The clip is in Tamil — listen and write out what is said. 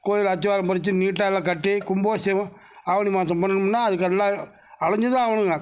கோவில் அஸ்திவாரம் பதித்து நீட்டாக எல்லாம் கட்டி கும்பாபிஷேகம் ஆவணி மாதம் பண்ணணும்னா அதுக்கெல்லாம் அலைஞ்சிதான் ஆகணுங்க